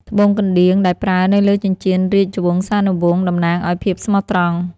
ត្បូងកណ្ដៀងដែលប្រើនៅលើចិញ្ចៀនរាជវង្សានុវង្សតំណាងឱ្យភាពស្មោះត្រង់។